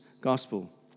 gospel